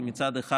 כי מצד אחד,